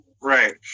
Right